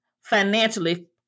financially